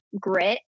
grit